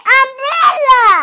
umbrella